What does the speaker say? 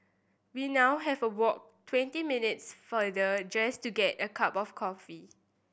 we now have walk twenty minutes farther just to get a cup of coffee